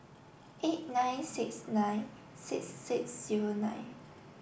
eight nine six nine six six zero nine